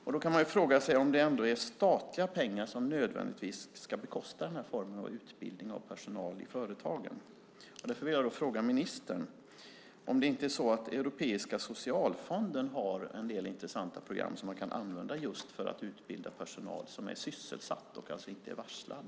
Man kan fråga sig om det är statliga pengar som nödvändigtvis ska bekosta denna form av utbildning av personal i företagen. Jag vill fråga ministern om inte Europeiska socialfonden har en del intressanta program som man kan använda just för att utbilda personal som är sysselsatt och alltså inte varslad.